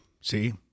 See